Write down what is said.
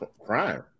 Crime